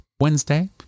Wednesday